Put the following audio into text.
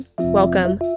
Welcome